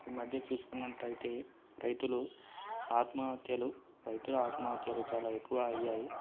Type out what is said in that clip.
ఈమధ్య చూసుకున్నట్టయితే రైతులు ఆత్మహత్యలు రైతుల ఆత్మహత్యలు చాలా ఎక్కువ అయ్యాయి